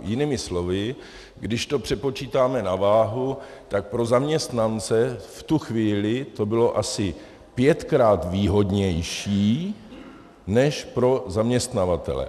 Jinými slovy, když to přepočítáme na váhu, tak pro zaměstnance v tu chvíli to bylo pětkrát výhodnější než pro zaměstnavatele.